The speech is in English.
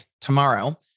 tomorrow